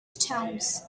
stones